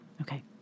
Okay